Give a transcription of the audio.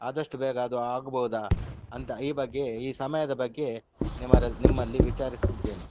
ಆದಷ್ಟು ಬೇಗ ಅದು ಆಗ್ಬೋದಾ ಅಂತ ಈ ಬಗ್ಗೆ ಈ ಸಮಯದ ಬಗ್ಗೆ ನಿಮ್ಮಲ್ ನಿಮ್ಮಲ್ಲಿ ವಿಚಾರಿಸ್ತಿದ್ದೇನೆ